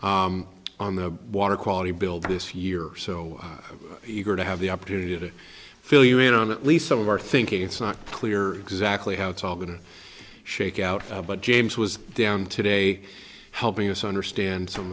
first on the water quality bill this year so eager to have the opportunity to fill you in on at least some of our thinking it's not clear exactly how it's all going to shake out but james was down today helping us understand some